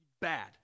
bad